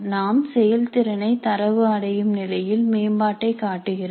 நாம் செயல்திறனை தரவு அடையும் நிலையில் மேம்பாட்டை காட்டுகிறது